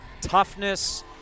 toughness